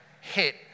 hit